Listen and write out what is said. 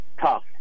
tough